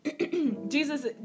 Jesus